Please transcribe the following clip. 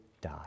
die